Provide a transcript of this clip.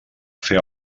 fer